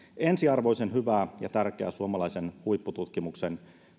ensiarvoisen hyvä ja tärkeä suomalaisen huippututkimuksen